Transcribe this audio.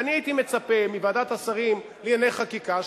ואני הייתי מצפה מוועדת השרים לענייני חקיקה,